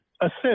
assist